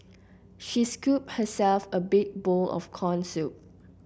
she scooped herself a big bowl of corn soup